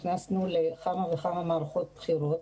נכנסנו לכמה וכמה מערכות בחירות,